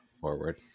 Forward